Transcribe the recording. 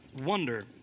wonder